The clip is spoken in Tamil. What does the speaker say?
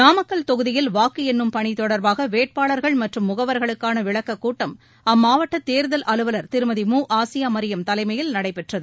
நாமக்கல் தொகுதியில் வாக்கு எண்ணும் பணி தொடர்பாக வேட்பாளர்கள் மற்றும் முகவர்களுக்கான விளக்கக் கூட்டம் அம்மாவட்ட தேர்தல் அலுவலர் திருமதி மு ஆசியா மரியம் தலைமையில் நடைபெற்றது